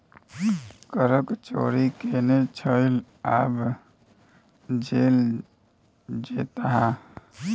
करक चोरि केने छलय आब जेल जेताह